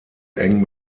eng